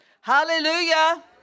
Hallelujah